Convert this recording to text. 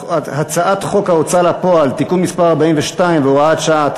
חוק ההוצאה לפועל (תיקון מס' 42 והוראת שעה),